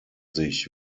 sich